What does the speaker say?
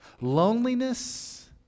Loneliness